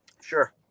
sure